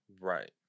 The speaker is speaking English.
Right